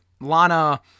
Lana